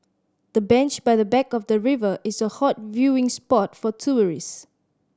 the bench by the bank of the river is a hot viewing spot for tourists